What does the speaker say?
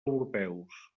europeus